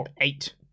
eight